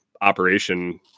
operation